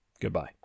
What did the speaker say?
goodbye